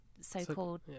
so-called